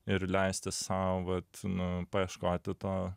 ir leisti sau vat nu paieškoti to